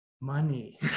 money